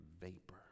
vapor